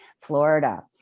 Florida